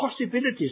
possibilities